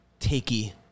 takey